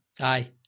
Aye